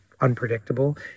unpredictable